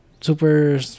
super